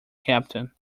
captain